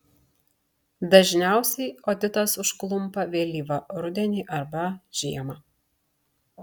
dažniausiai otitas užklumpa vėlyvą rudenį arba žiemą